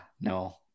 no